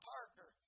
Parker